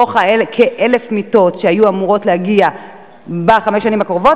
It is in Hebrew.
מחצית מכ-1,000 מיטות שהיו אמורות להגיע בחמש השנים הקרובות,